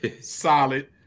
solid